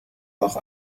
noch